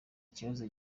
ikibazo